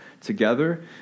together